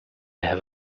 have